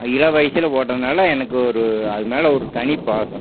இளம் வயசுல போட்டதுனால் எனக்கு ஒரு அது மேலே ஒரு தனி பாசம்